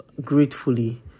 gratefully